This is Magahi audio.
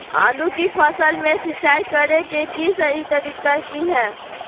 आलू की फसल में सिंचाई करें कि सही तरीका की हय?